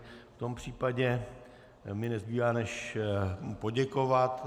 V tom případě mi nezbývá než mu poděkovat.